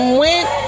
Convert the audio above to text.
went